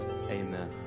amen